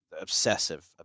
obsessive